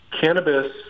Cannabis